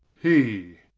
he